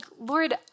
Lord